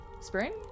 spring